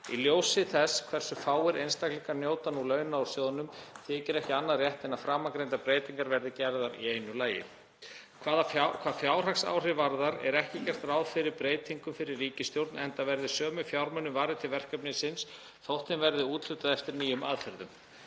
Í ljósi þess hversu fáir einstaklingar njóta nú launa úr sjóðnum þykir ekki annað rétt en að framangreindar breytingar verði gerðar í einu lagi. Hvað fjárhagsáhrif varðar er ekki gert ráð fyrir breytingum fyrir ríkissjóð enda verði sömu fjármunum varið til verkefnisins þótt þeim verði úthlutað eftir nýjum aðferðum.